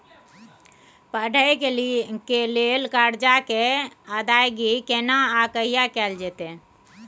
पढै के लिए लेल कर्जा के अदायगी केना आ कहिया कैल जेतै?